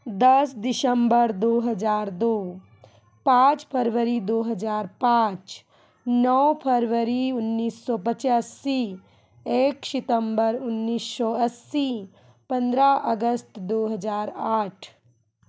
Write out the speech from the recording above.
दस दिसम्बर दो हज़ार दो पाँच फरवरी दो हज़ार पाँच नौ फरवरी उन्नीस सौ पचासी एक सितम्बर उन्नीस सौ अस्सी पंद्रह अगस्त दो हज़ार आठ